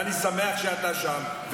ואני שמח שאתה שם,